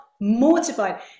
mortified